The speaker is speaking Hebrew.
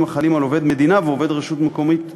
החלים על עובד מדינה ועובד רשות מקומית מושעים,